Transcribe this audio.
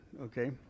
okay